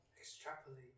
extrapolate